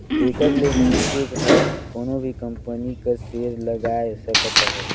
तेकर ले मइनसे हर कोनो भी कंपनी कर सेयर लगाए सकत अहे